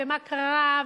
ומה קרה,